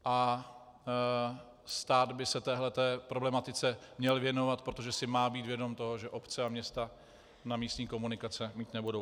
A stát by se této problematice měl věnovat, protože si má být vědom toho, že obce a města na místní komunikace mít nebudou.